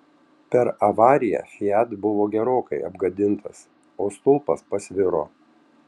per avariją fiat buvo gerokai apgadintas o stulpas pasviro